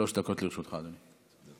שלוש דקות לרשותך, אדוני.